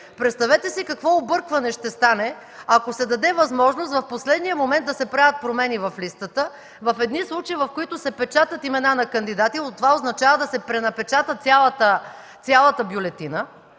Представете си какво объркване ще стане, ако се даде възможност в последния момент да се правят промени в листата в едни случаи, в които се печатат имена на кандидати, но това означава да се пренапечати цялата бюлетина,